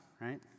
Right